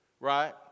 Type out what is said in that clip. right